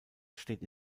steht